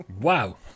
Wow